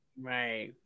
Right